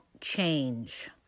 change